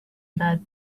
about